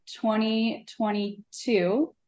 2022